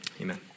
Amen